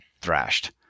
thrashed